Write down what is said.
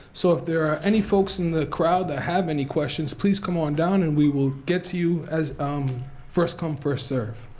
so if there are any folks in the crowd that have any questions, please come on down, and we will get to you as a um first-come first-served.